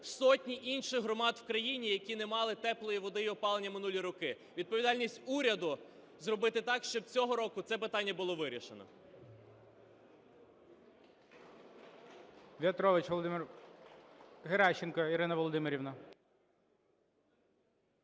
сотні інших громад в країні, які не мали теплої води і опалення минулі роки. Відповідальність уряду – зробити так, щоб цього року це питання було вирішено.